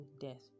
death